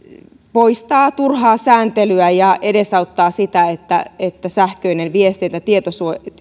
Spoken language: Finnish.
poistaa turhaa sääntelyä ja edesauttaa sitä että että sähköinen viestintä